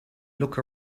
look